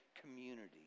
community